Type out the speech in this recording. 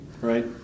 right